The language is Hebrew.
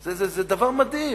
זה דבר מדהים.